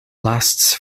lasts